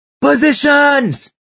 Positions